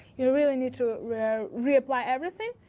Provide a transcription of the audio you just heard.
you really need to reapply everything.